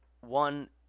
One